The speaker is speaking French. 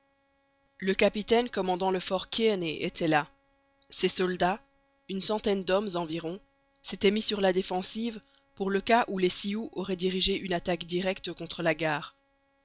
le capitaine commandant le fort kearney était là ses soldats une centaine d'hommes environ s'étaient mis sur la défensive pour le cas où les sioux auraient dirigé une attaque directe contre la gare